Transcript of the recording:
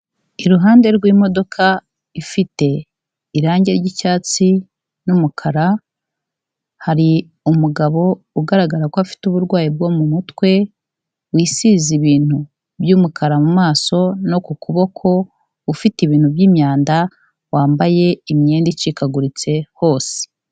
Iruhande rw'imodoka ifite irange ry'icyatsi n'umukara hari umugabo ugaragara ko afite uburwayi bwo mu mutwe, wisize ibintu by'umukara mu maso no ku kuboko, ufite ibintu by'imyanda wambaye imyenda icikaguritse hose.